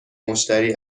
مشتری